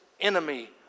enemy